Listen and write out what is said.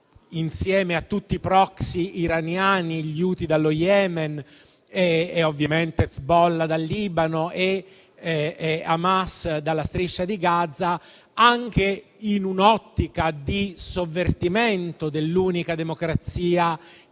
da tutti i *proxy* iraniani: gli Houthi dallo Yemen e, ovviamente, Hezbollah dal Libano e Hamas dalla striscia di Gaza, anche in un'ottica di sovvertimento dell'unica democrazia